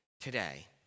today